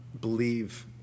believe